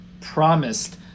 promised